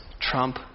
trump